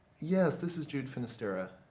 yes, this is jude finisterra.